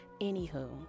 anywho